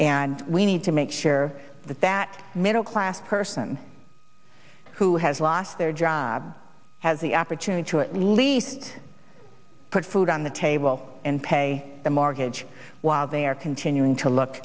and we need to make sure that that middle class person who has lost their job has the opportunity to at least put food on the table and pay the mortgage while they're continuing to look